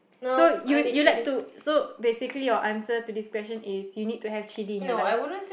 so you you like to so basically your answer to this question is you need to have chilli in your life